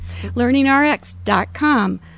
LearningRx.com